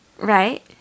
Right